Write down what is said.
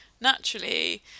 naturally